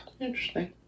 Interesting